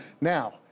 now